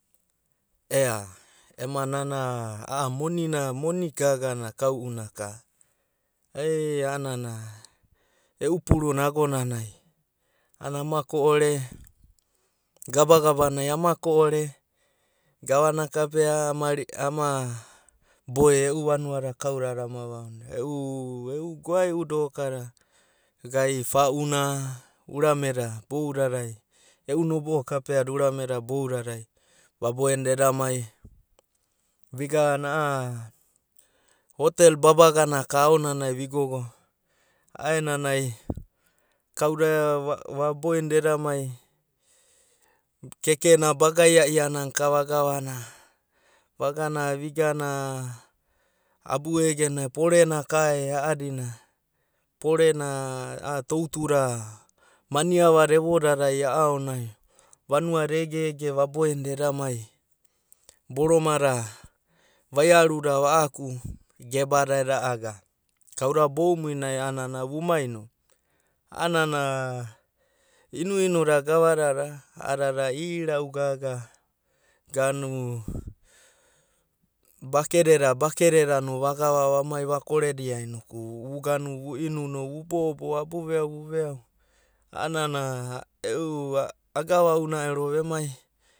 Ea nana ema moni gaga na kauna, ekanai aua ko’ore, gabagaba nai aua ko’ore gava na kapea ama bodine, e e’e vanua da kauda ama vano da ei, goaeu doka da, ai vau na uname da bouda dai, e’u nobo’o da kapea da uname da da boudai vaboena da eda mai hotel babagana ka aonanai ka vigogo, a’aenanai keke na baga iaia nana ka vaga vana, vigana abuege na ka, pore raka a’adina, pore na a’a butu da maini ava da evo dada a’a aonaninai, vanua da ege vaboe nida eda mai, boroma da vaiaru da a’aku geba da eda aga pura pura kauda bouniunai a’anana, eu mai nano, a’ana inunu da gava dads a’adada irau gaga ganu, bakede da, bakede da vagava vakore dia noku, vuina inu, abu veau vu vea’au a’anana e’u, agava’u ra ero vemai.